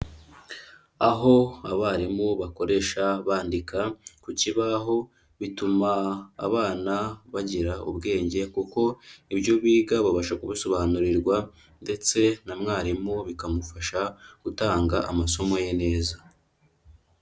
Aho abarimu bakoresha bandika ku kibaho, bituma abana bagira ubwenge kuko ibyo biga babasha kubisobanurirwa ndetse na mwarimu bikamufasha gutanga amasomo ye neza.